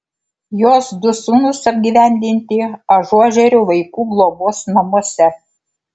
jos du sūnūs apgyvendinti ažuožerių vaikų globos namuose